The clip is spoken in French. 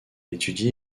étudie